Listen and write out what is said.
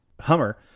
Hummer